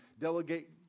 delegate